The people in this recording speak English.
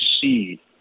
see